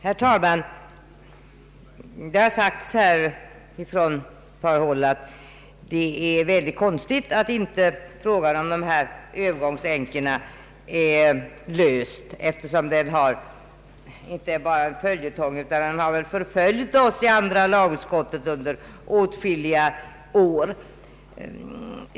Herr talman! Det har sagts från ett par håll att det är konstigt att frågan om dessa s.k. övergångsänkor inte blivit löst, eftersom den har varit inte bara en följetong utan något som förföljt oss i andra lagutskottet under åtskilliga år.